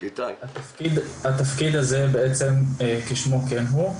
התפקיד הזה בעצם כשמו כן הוא.